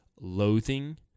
loathing